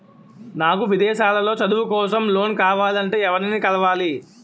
నాకు విదేశాలలో చదువు కోసం లోన్ కావాలంటే ఎవరిని కలవాలి?